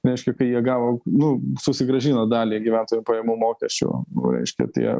reiškia kai jie gavo nu susigrąžino dalį gyventojų pajamų mokesčio reiškia tie